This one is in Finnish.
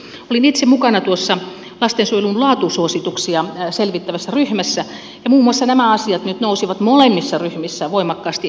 olin itse mukana tuossa lastensuojelun laatusuosituksia selvittävässä ryhmässä ja muun muassa nämä asiat nyt nousivat molemmissa ryhmissä voimakkaasti esille